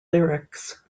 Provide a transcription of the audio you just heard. lyrics